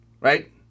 right